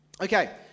Okay